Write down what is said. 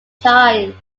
times